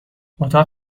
اتاق